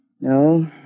No